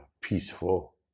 peaceful